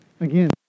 again